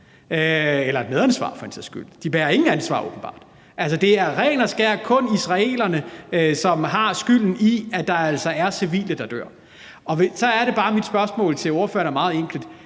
eller et medansvar for den sags skyld. De bærer åbenbart intet ansvar; det er alene israelerne, der er skyld i, at der er civile, der dør. Så er det bare, at mit spørgsmål til ordføreren er meget enkelt: